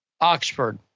Oxford